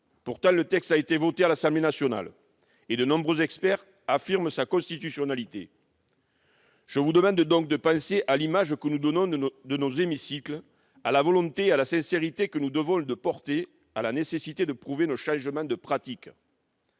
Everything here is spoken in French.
Pourtant, le texte a été adopté par l'Assemblée nationale, et de nombreux experts affirment sa constitutionnalité. Je vous demande donc de penser à l'image que nous donnons de nos hémicycles, à la volonté et à la sincérité que nous nous devons de porter, à la nécessité de prouver nos changements de pratique.